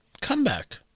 comeback